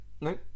no